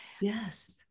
Yes